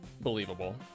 believable